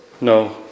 No